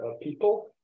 people